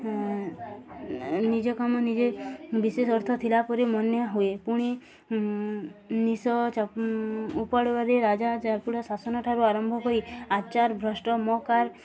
ନିଜ କାମ ନିଜେ ବିଶେଷ ଅର୍ଥ ଥିଲା ପରି ମନେ ହୁଏ ପୁଣି ନିଶ ଉପାଡ଼ବାରେ ରାଜା ରାଜୁଡ଼ା ଶାସନଠାରୁ ଆରମ୍ଭ କରି ଆଚାର ଭ୍ରଷ୍ଟ ମକାର